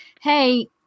hey